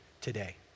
today